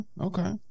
Okay